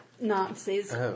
Nazis